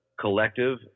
collective